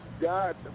God